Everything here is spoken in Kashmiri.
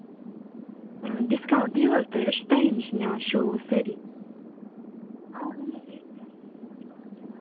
ڈِسکاوُنٹ دِیِو حظ تُہۍ أسۍ چھِ تۄہِی نِش نِوان شوٗز سٲری